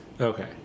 Okay